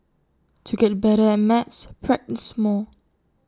to get better at maths practise more